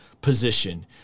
position